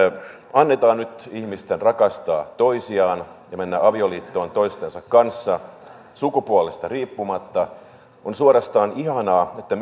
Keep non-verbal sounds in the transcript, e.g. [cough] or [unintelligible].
annetaan nyt ihmisten rakastaa toisiaan ja mennä avioliittoon toistensa kanssa sukupuolesta riippumatta on suorastaan ihanaa että [unintelligible]